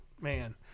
man